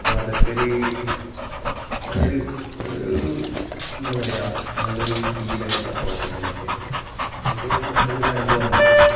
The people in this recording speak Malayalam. അപ്പോൾ അതൊക്കെ ഒരു നല്ലൊരു നല്ലൊരു എന്താണ് പറയുക നല്ലൊരു ഫീല് ആയിരുന്നു അപ്പോൾ ആ ടൈമിലൊക്കെ അതൊക്കെ നല്ലൊരു അനുഭവം തന്നെ